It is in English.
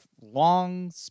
long